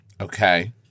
Okay